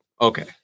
Okay